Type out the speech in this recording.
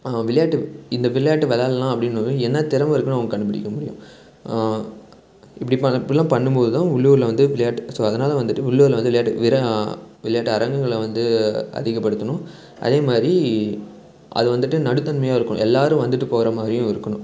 விளையாட்டு இந்த விளையாட்டு விளாட்லாம் அப்படின்னு போது என்ன திறமை இருக்குதுன்னு அவன் கண்டுபிடிக்க முடியும் இப்படி இப்படிலாம் பண்ணும்போது தான் உள்ளூரில் வந்து விளையாட்டு ஸோ அதனால் வந்துட்டு உள்ளூரில் வந்துட்டு விளையாட்டு வீரரை விளையாட்டு அரங்கங்களை வந்து அதிகப்படுத்தணும் அதேமாதிரி அது வந்துட்டு நடுத்தன்மையாக இருக்கும் எல்லாேரும் வந்துட்டு போகிற மாதிரியும் இருக்கணும்